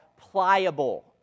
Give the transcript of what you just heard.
pliable